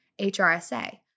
HRSA